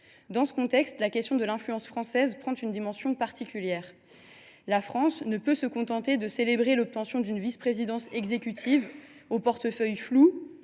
Dans ce contexte, la question de l’influence française prend une dimension particulière. La France ne peut se contenter de célébrer l’obtention d’une vice présidence exécutive, au portefeuille flou,